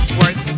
work